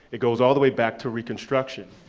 it goes all the way back to reconstruction.